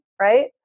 right